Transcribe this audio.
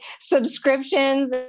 subscriptions